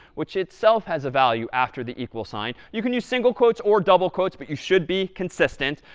which itself has a value after the equal sign. you can use single quotes or double quotes, but you should be consistent.